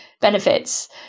benefits